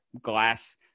glass